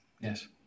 Yes